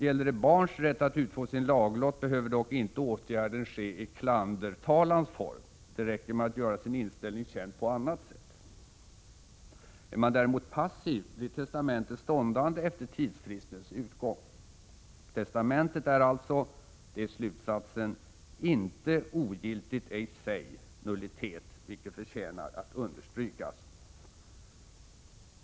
Gäller det barns rätt att utfå sin laglott, behöver dock inte åtgärden ske i klandertalans form; det räcker med att göra sin inställning känd på annat sätt. Är man däremot passiv, blir testamentet ståndande efter tidsfristens utgång. Testamentet är alltså — det är slutsatsen — inte ogiltigt i sig , vilket förtjänar att understrykas.